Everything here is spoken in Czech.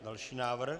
Další návrh?